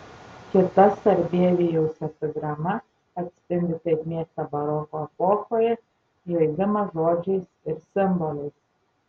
kita sarbievijaus epigrama atspindi taip mėgtą baroko epochoje žaidimą žodžiais ir simboliais